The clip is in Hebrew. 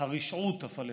"הרשעות הפלסטינית"